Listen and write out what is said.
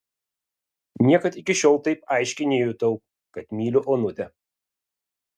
niekad iki šiol taip aiškiai nejutau kad myliu onutę